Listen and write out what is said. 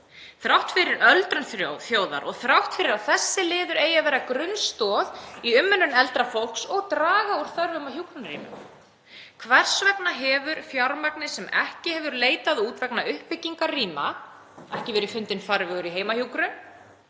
þrátt fyrir öldrun þjóðar og þrátt fyrir að þessi liður eigi að vera grunnstoð í umönnun eldra fólks og draga úr þörf á hjúkrunarrýmum. Hvers vegna hefur fjármagnið sem ekki hefur leitað út vegna uppbyggingar rýma ekki verið fundinn farvegur í heimahjúkrun?